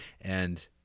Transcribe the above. and-